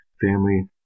Family